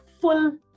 full